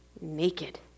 naked